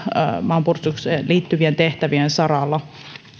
maanpuolustukseen liittyvien tehtävien saralla